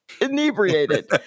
inebriated